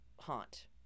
haunt